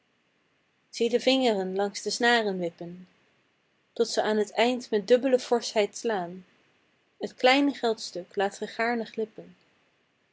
de vingeren langs de snaren wippen tot ze aan t eind met dubbele forschheid slaan t kleine geldstuk laat ge gaarne glippen